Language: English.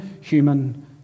human